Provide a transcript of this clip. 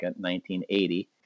1980